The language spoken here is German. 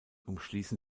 umschließen